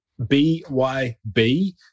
BYB